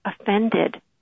offended